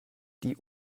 die